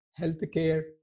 healthcare